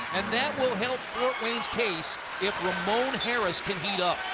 and that will help fort wayne's case if ramon harris can heat up.